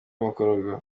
mukorogo